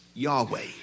Yahweh